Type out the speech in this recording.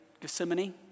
Gethsemane